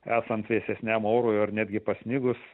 esant vėsesniam orui ar netgi pasnigus